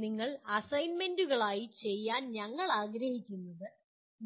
ഇപ്പോൾ നിങ്ങൾ അസൈൻമെന്റുകളായി ചെയ്യാൻ ഞങ്ങൾ ആഗ്രഹിക്കുന്നത്